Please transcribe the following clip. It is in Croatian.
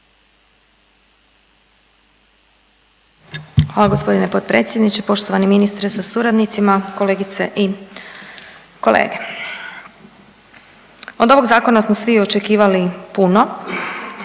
Hvala g. potpredsjedniče, poštovani ministre sa suradnicima, kolegice i kolege. Od ovog zakona smo svi očekivali puno,